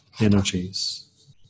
energies